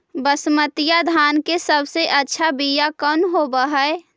बसमतिया धान के सबसे अच्छा बीया कौन हौब हैं?